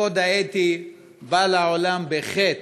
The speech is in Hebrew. הקוד האתי בא לעולם בחטא,